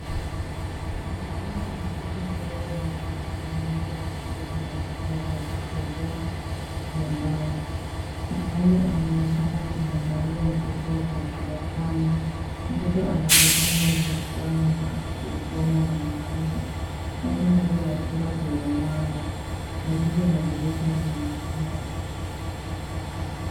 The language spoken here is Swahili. Mwanaume na mtoto mdogo wameketi kwenye meza wakicheza na vifaa vya kuchezea vya mbao. Mwanaume anaonekana kumwangalia mtoto kwa tabasamu. Mtoto anaonekana mwenye furaha na akishirikiana na mwanaume. Wako ndani ya chumba chenye mwanga, karibu na dirisha na mmea.